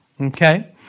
Okay